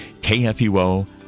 KFUO